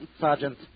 Sergeant